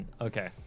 Okay